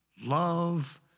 love